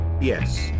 Yes